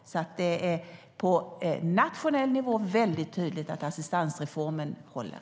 Det är på nationell nivå väldigt tydligt att assistansreformen håller.